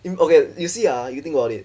mm okay you see ah you think about it